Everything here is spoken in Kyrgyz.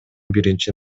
биринчи